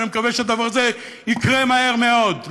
ואני מקווה שהדבר הזה יקרה מהר מאוד.